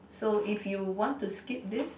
so if you want to skip this